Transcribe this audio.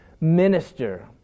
minister